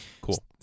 Cool